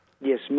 Yes